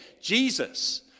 Jesus